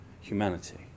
humanity